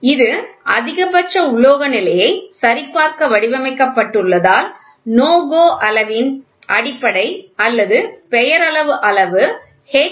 இது அதிகபட்ச உலோக நிலையை சரிபார்க்க வடிவமைக்கப்பட்டுள்ளதால் NO GO அளவின் அடிப்படை அல்லது பெயரளவு அளவு H